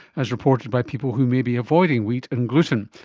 as reported by people who may be avoiding wheat and gluten,